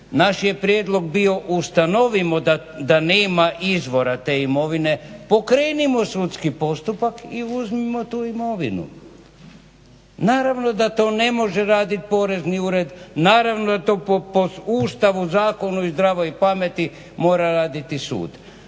Naš je prijedlog bio ustanovimo da nema izvora te imovine, pokrenimo sudski postupak i uzmimo tu imovinu. Naravno da to ne može raditi porezni ured, naravno da to po Ustavu, zakonu i zdravoj pameti mora raditi sud.